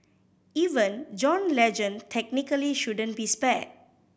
even John Legend technically shouldn't be spared